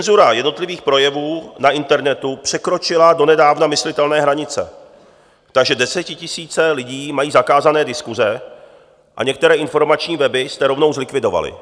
Cenzura jednotlivých projevů na internetu překročila donedávna myslitelné hranice, takže desetitisíce lidí mají zakázané diskuse a některé informační weby jste rovnou zlikvidovali.